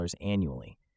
annually